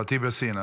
אימאן ח'טיב יאסין.